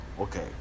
Okay